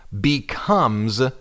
becomes